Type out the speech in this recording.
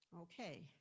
okay